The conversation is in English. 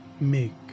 make